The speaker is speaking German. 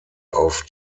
auf